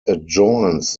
adjoins